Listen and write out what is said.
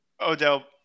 Odell